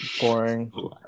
boring